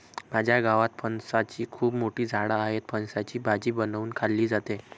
माझ्या गावात फणसाची खूप मोठी झाडं आहेत, फणसाची भाजी बनवून खाल्ली जाते